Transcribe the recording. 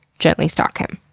gently stalk him.